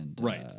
Right